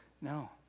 no